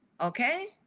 Okay